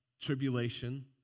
tribulation